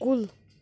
کُل